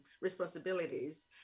responsibilities